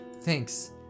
thanks